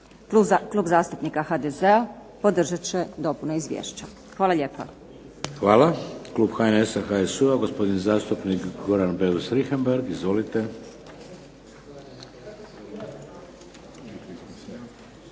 Klub zastupnika HDZ-a podržat će dopune izvješća. Hvala lijepa. **Šeks, Vladimir (HDZ)** Hvala. Klub HNS-a, HSU-a, gospodin zastupnik Goran Beus Richembergh. Izvolite.